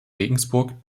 regensburg